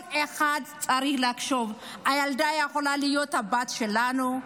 כל אחד צריך לחשוב: הילדה יכולה להיות הבת שלנו,